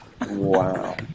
Wow